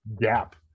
gap